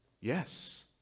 yes